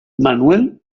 manuel